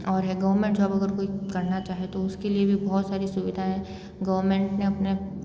और है government job अगर कोई करना चाहे तो उसके लिए भी बहुत सारी सुविधाएं गवर्नमेंट ने अपने